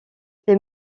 les